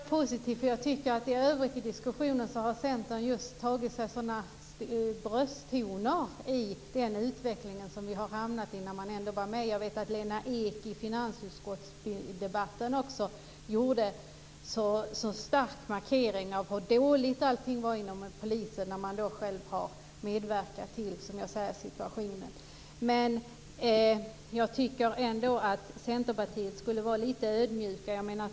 Fru talman! Det sista var ju positivt. Jag tycker att Centern i övrigt i diskussionen har använt sådana brösttoner när det gäller den utveckling som vi har haft. Man var ju ändå med om detta. Jag vet att Lena Ek i finansutskottets debatt gjorde en stark markering av hur dåligt allting var inom polisen samtidigt som man själv har medverkat till situationen. Jag tycker ändå att Centerpartiet skulle vara lite ödmjuka.